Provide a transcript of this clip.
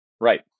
Right